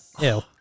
Ew